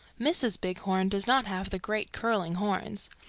mrs. bighorn does not have the great curling horns.